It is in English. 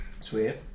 Sweet